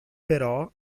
però